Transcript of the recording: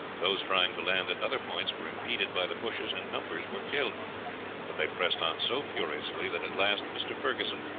those trying to land at other points were impeded by the bushes, and numbers were killed but they pressed on so furiously that at last mr. ferguson,